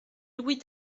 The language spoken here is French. louis